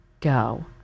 Go